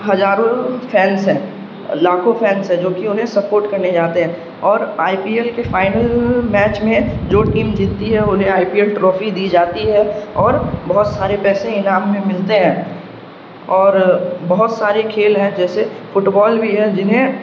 ہزاروں فینس ہیں لاکھوں فینس ہیں جو کہ انہیں سپورٹ کرنے جاتے ہیں اور آئی پی ایل کے فائنل میچ میں جو ٹیم جتتی ہے انہیں آئی پی ایل ٹرافی دی جاتی ہے اور بہت سارے پیسے انعام میں ملتے ہیں اور بہت سارے کھیل ہیں جیسے فٹ بال بھی ہے جنہیں